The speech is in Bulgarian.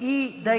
и да